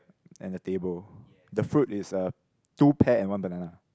and the table the fruit is a two pair and one banana